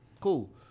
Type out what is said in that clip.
cool